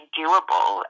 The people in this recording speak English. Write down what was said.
doable